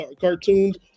cartoons